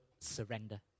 surrender